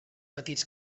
petits